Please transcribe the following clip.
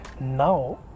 now